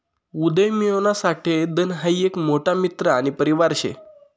उदयमियोना साठे धन हाई एक मोठा मित्र आणि परिवार शे